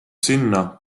sinna